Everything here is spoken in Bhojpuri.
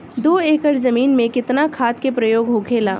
दो एकड़ जमीन में कितना खाद के प्रयोग होखेला?